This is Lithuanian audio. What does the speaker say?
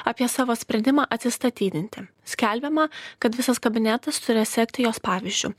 apie savo sprendimą atsistatydinti skelbiama kad visas kabinetas turės sekti jos pavyzdžiu